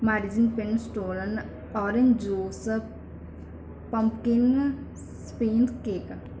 margin pin store orange juice pumpkin spin cake